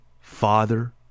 father